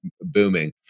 booming